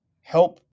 help